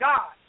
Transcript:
God